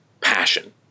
passion